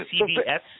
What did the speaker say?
CBS